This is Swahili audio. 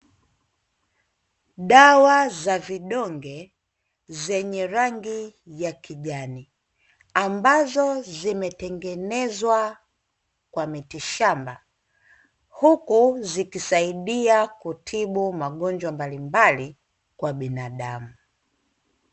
Dawa za vidonge zenye rangi ya kijani ambazo zime tengenezwa kwa miti shamba huku ziki saidia kutibu magonjwa mbalimbali kwa binadamu.